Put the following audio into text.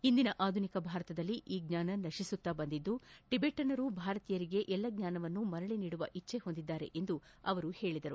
ಇಂದಿನ ಆಧುನಿಕ ಭಾರತದಲ್ಲಿ ಈ ಜ್ಞಾನ ನಶಿಸುತ್ತಾ ಬಂದಿದ್ದು ಟಿಬೆಟನ್ನರು ಭಾರತೀಯರಿಗೆ ಎಲ್ವ ಜ್ಞಾನವನ್ನು ಮರಳಿ ನೀಡುವ ಇಜ್ಜೆ ಹೊಂದಿದ್ದಾರೆ ಎಂದು ಅವರು ತಿಳಿಸಿದರು